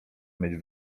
mieć